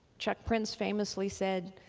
chuck prince famously said,